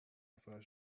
سرش